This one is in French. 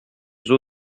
zoo